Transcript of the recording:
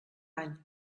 any